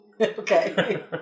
Okay